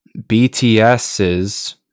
BTS's